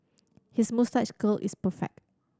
his moustache curl is perfect